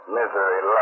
misery